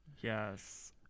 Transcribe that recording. yes